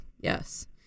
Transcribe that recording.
yes